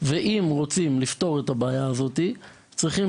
ואם רוצים לפתור את הבעיה הזאת צריכים